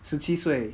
十七岁